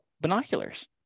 binoculars